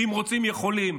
כי אם רוצים, יכולים.